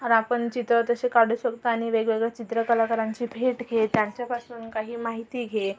आणि आपण चित्र तसे काढू शकतो आणि वेगवेगळं चित्रकलाकारांची भेट घे त्यांच्यापासून काही माहिती घे